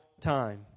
time